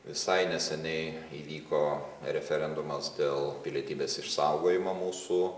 visai neseniai įvyko referendumas dėl pilietybės išsaugojimo mūsų